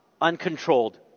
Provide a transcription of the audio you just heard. uncontrolled